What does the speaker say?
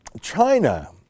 China